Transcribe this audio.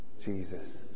Jesus